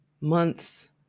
months